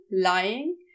lying